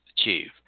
achieve